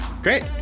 great